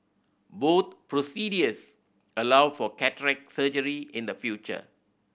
both procedures allow for cataract surgery in the future